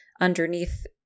underneath